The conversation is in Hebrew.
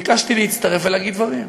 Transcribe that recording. ביקשתי להצטרף ולהגיד דברים.